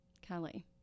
Kelly